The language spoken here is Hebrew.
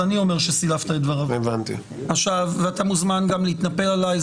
אז אני אומר שסילפת את דבריו ואתה מוזמן גם להתנפל עלי.